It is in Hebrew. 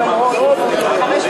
בטח.